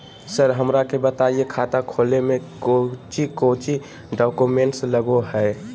Sir हमरा के बताएं खाता खोले में कोच्चि कोच्चि डॉक्यूमेंट लगो है?